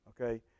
okay